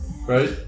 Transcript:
Right